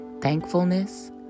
Thankfulness